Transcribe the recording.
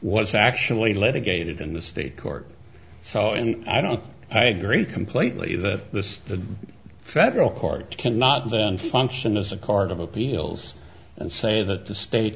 was actually let a gated in the state court so and i don't i agree completely that this the federal court cannot then function as a cart of appeals and say that the state